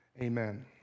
Amen